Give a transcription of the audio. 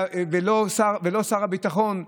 ולא שר הביטחון,